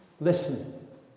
Listen